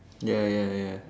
ya ya ya